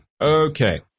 Okay